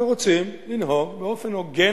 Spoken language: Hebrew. אנחנו רוצים לנהוג באופן הוגן,